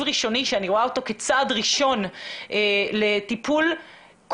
תקציב ראשוני שאני רואה אותו כצעד ראשון לטיפול כולל,